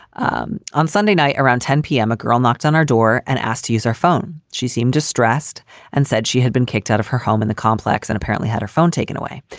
um on sunday night, around ten zero p m, a girl knocks on our door and asks to use our phone. she seemed distressed and said she had been kicked out of her home in the complex and apparently had her phone taken away.